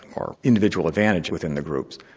or individual advantage within the groups.